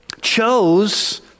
Chose